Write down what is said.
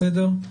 בסדר?